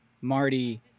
Marty